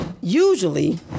usually